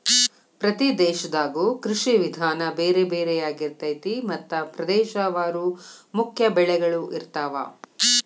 ಪ್ರತಿ ದೇಶದಾಗು ಕೃಷಿ ವಿಧಾನ ಬೇರೆ ಬೇರೆ ಯಾರಿರ್ತೈತಿ ಮತ್ತ ಪ್ರದೇಶವಾರು ಮುಖ್ಯ ಬೆಳಗಳು ಇರ್ತಾವ